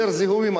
יותר זיהומים,